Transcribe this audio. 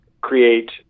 create